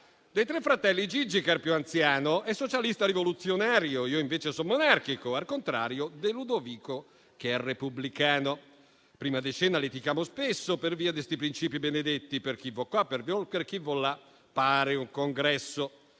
de tre fratelli, Giggi ch'è er più anziano è socialista rivoluzzionario; io invece so' monarchico, ar contrario de Ludovico ch'è repubblicano. Prima de cena liticamo spesso pè via de 'sti princìpi benedetti: chi vo' qua, chi vo' là… Pare un congresso!